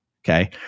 Okay